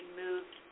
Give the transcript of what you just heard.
moved